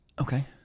Okay